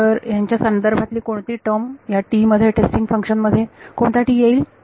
तर यांच्या संदर्भातली कोणती टर्म ह्या मध्ये टेस्टिंग फंक्शन मध्ये कोणता येईल